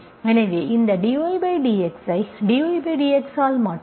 எனவே இந்த dydxஐy dYdXஆல் மாற்றலாம்